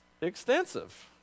extensive